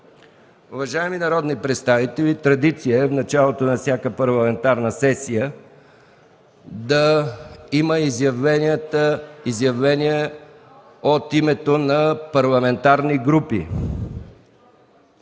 Уважаеми народни представители, традиция е в началото на всяка парламентарна сесия да има изявления от името на парламентарни групи.